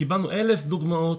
וקיבלנו אלף דוגמאות,